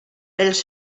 els